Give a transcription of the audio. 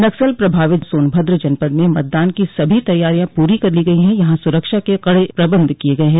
नक्सल प्रभावित जनपद सोनभद्र में मतदान की सभी तैयारियॉ पूरी कर ली गई हैं यहां सुरक्षा के कड़े प्रबंध किये गये हैं